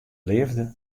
leafde